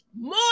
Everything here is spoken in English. more